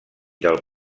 del